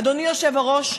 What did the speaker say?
אדוני היושב-ראש,